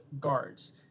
guards